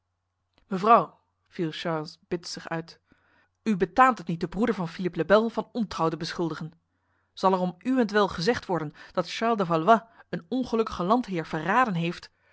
mevrouw viel charles bitsig uit u betaamt het niet de broeder van philippe le bel van ontrouw te beschuldigen zal er om uwentwil gezegd worden dat charles de valois een ongelukkige landheer verraden heeft